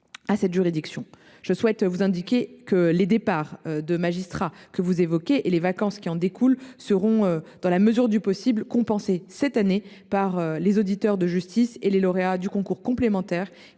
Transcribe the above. tiens, ici, à vous rassurer. Les départs de magistrats que vous évoquez et les vacances qui en découlent seront, dans la mesure du possible, compensés cette année par l’arrivée d’auditeurs de justice et de lauréats du concours complémentaire,